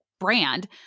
brand